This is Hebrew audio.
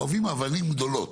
אוהבים אבנים גדולות.